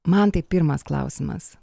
man tai pirmas klausimas